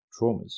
traumas